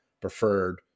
preferred